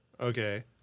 Okay